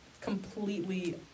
completely